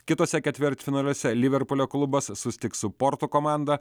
kituose ketvirtfinaliuose liverpulio klubas susitiks su porto komanda